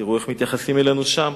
תראו איך מתייחסים אלינו שם.